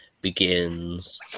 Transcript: begins